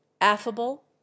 affable